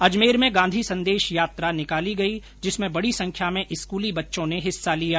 अजमेर में गांधी संदेश यात्रा निकाली गई जिसमें बडी संख्या में स्कूली बच्चों ने हिस्सा लिया